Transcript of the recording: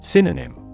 Synonym